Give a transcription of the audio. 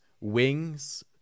wings